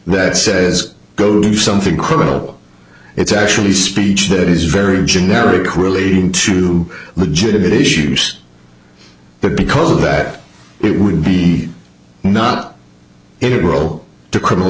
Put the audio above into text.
that says go do something criminal it's actually speech that is very generic relating to the jit issues but because of that it would be not integral to criminal